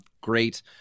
Great